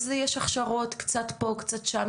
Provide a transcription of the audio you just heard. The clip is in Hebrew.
אז יש הכשרות קצת פה קצת שם,